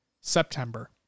September